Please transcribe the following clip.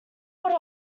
would